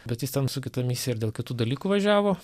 bet jis ten su kita misija ir dėl kitų dalykų važiavo